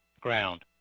Ground